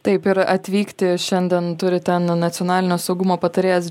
taip ir atvykti šiandien turi ten nacionalinio saugumo patarėjas